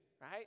right